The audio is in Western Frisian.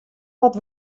wat